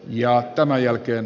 ja tämän jälkeen